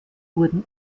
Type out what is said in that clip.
wurden